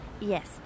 yes